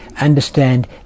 understand